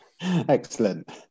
Excellent